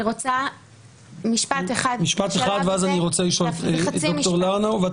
אני רוצה משפט אחד בשלב הזה,